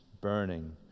burning